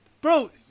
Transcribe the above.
Bro